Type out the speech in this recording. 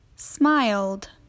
Smiled